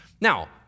Now